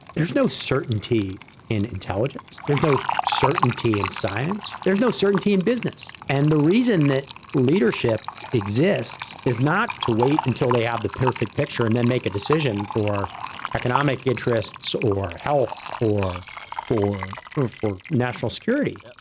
there's no certainty in intelligence, there's no certainty in science, there's no certainty in business. and the reason that leadership exists is not to wait until they have the perfect picture and then make a decision for economic interests or health or for, or for national security.